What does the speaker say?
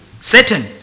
Satan